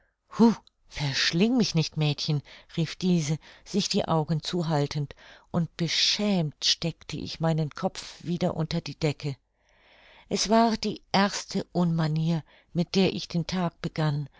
verschling mich nicht mädchen rief diese sich die augen zuhaltend und beschämt steckte ich meinen kopf wieder unter die decke es war die erste unmanier mit der ich den tag begann